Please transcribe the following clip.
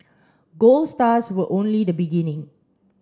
gold stars were only the beginning